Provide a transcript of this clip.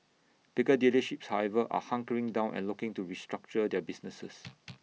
bigger dealerships however are hunkering down and looking to restructure their businesses